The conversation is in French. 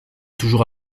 toujours